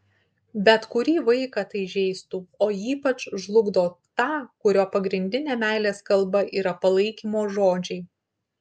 bet kurį vaiką tai žeistų o ypač žlugdo tą kurio pagrindinė meilės kalba yra palaikymo žodžiai